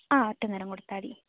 ആ ഒറ്റ നേരം കൊടുത്താൽ മതി